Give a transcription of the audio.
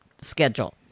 schedule